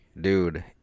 dude